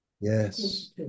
Yes